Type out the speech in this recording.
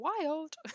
wild